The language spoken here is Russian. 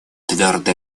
твердо